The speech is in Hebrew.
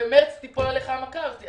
שבאמת תיפול עליך המכה הזאת.